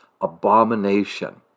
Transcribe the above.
abomination